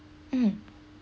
mm